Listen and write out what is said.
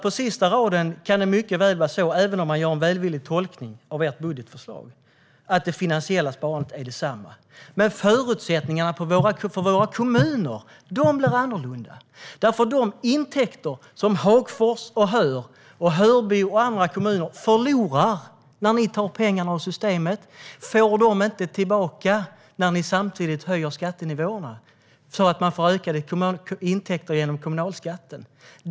På sista raden kan det mycket väl vara så - även om man gör en välvillig tolkning av ert budgetförslag - att det finansiella sparandet är detsamma. Men förutsättningarna för våra kommuner blir annorlunda. De intäkter som Hagfors, Höör, Hörby och andra kommuner förlorar när ni tar pengarna ur systemet får de inte tillbaka när ni samtidigt höjer skattenivåerna, så att de får ökade intäkter genom kommunalskatten.